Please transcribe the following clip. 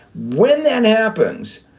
when that happens,